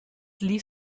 lief